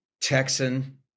Texan